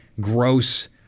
gross